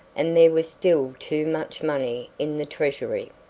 and there was still too much money in the treasury.